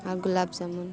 ᱟᱨ ᱜᱳᱞᱟᱵᱽ ᱡᱟᱢᱩᱱ